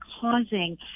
causing